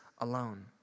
alone